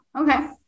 okay